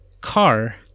car